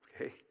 okay